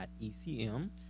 E-C-M